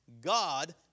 God